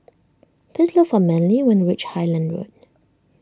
please look for Manly when you reach Highland Road